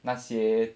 那些